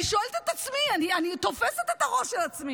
אני שואלת את עצמי, אני תופסת את הראש של עצמי.